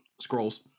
scrolls